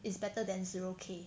it's better than zero K